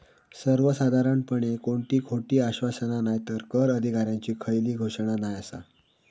सर्वसाधारणपणे कोणती खोटी आश्वासना नायतर कर अधिकाऱ्यांची खयली घोषणा नाय आसा